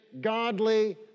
godly